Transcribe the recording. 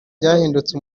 byahindutse